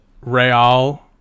Real